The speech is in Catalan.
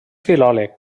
filòleg